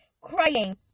crying